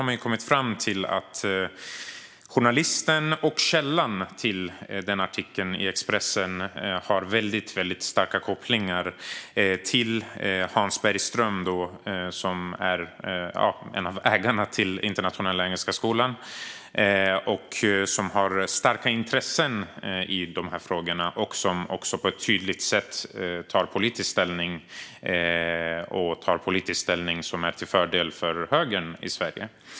Man kom där fram till att både journalisten och källan till Expressens artikel har väldigt starka kopplingar till Hans Bergström, som är en av ägarna till Internationella Engelska Skolan och som har starka intressen i dessa frågor. Han har även tagit tydlig politisk ställning till fördel för högern i Sverige.